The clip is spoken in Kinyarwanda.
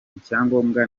icyangombwa